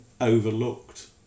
overlooked